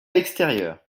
l’extérieur